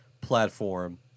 platform